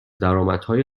درآمدهای